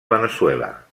veneçuela